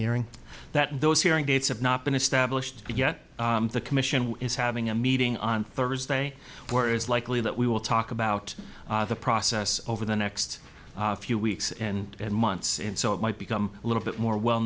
hearing that those hearing dates have not been established yet the commission is having a meeting on thursday or is likely that we will talk about the process over the next few weeks and months and so it might become a little bit more well